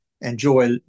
enjoy